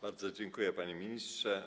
Bardzo dziękuję, panie ministrze.